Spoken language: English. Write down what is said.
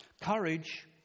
courage